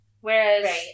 Whereas